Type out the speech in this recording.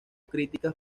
críticas